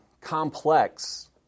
complex